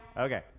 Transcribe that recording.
Okay